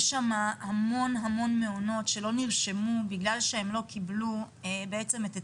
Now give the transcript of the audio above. יש שם המון המון מעונות שלא נרשמו בגלל שהם לא קיבלו בעצם את היתר,